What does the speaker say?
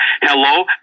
Hello